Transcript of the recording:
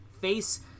Face